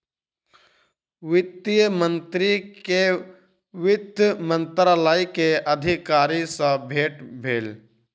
वित्त मंत्री के वित्त मंत्रालय के अधिकारी सॅ भेट भेल